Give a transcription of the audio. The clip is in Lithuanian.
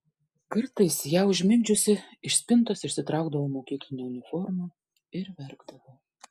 kartais ją užmigdžiusi iš spintos išsitraukdavau mokyklinę uniformą ir verkdavau